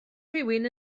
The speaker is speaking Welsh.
rhywun